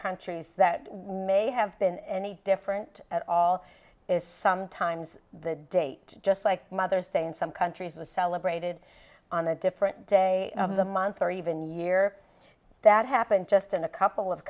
countries that may have been any different at all is sometimes the date just like mother's day in some countries was celebrated on a different day of the month or even year that happened just in a couple of